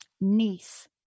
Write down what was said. niece